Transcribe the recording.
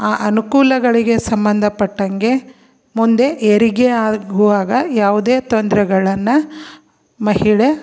ಆ ಅನುಕೂಲಗಳಿಗೆ ಸಂಬಂಧಪಟ್ಟಂಗೆ ಮುಂದೆ ಹೆರಿಗೆ ಆಗುವಾಗ ಯಾವುದೇ ತೊಂದರೆಗಳನ್ನ ಮಹಿಳೆ